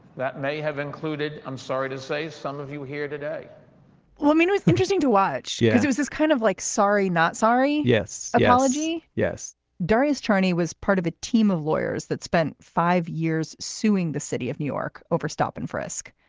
that may have included, i'm sorry to say, some of you here today well, i mean, it's interesting to watch. yes. it was this kind of like. sorry, not sorry. yes. apology yes darius charney was part of a team of lawyers that spent five years suing the city of new york over stop and frisk.